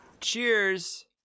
Cheers